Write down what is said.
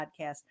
podcast